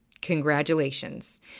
congratulations